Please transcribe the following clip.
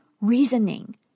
reasoning